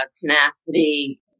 tenacity